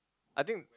I think